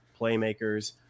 playmakers